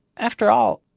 after all,